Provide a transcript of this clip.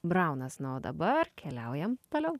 braunas na o dabar keliaujam toliau